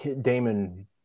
Damon